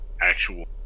actual